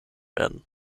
werden